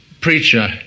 preacher